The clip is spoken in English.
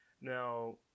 Now